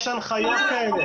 יש הנחיות כאלה.